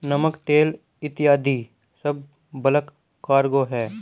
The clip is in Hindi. नमक, तेल इत्यादी सब बल्क कार्गो हैं